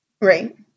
Right